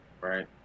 right